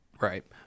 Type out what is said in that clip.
Right